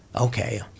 Okay